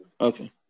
Okay